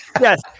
Yes